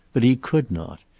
but he could not.